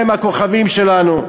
הם הכוכבים שלנו.